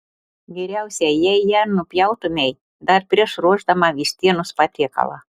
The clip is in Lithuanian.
geriausia jei ją nupjautumei dar prieš ruošdama vištienos patiekalą